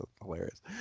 hilarious